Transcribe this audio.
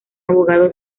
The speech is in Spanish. abogado